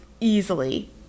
easily